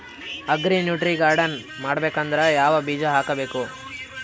Agri nutri garden ಮಾಡಬೇಕಂದ್ರ ಯಾವ ಬೀಜ ಹಾಕಬೇಕು?